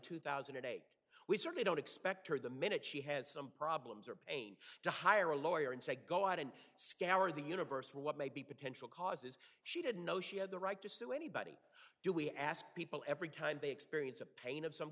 two thousand and eight we certainly don't expect her the minute she has some problems or pain to hire a lawyer and so i go out and scour the universe for what may be potential causes she didn't know she had the right to sue anybody do we ask people every time they experience a pain of some